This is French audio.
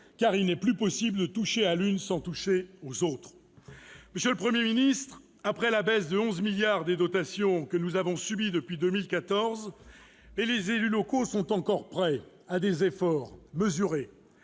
car il n'est plus possible de toucher à l'une sans toucher aux autres. Monsieur le Premier ministre, après la baisse de 11 milliards d'euros des dotations que nous avons subie depuis 2014, les élus locaux sont encore prêts à des efforts mesurés,